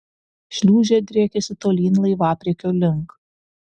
šliūžė driekėsi tolyn laivapriekio link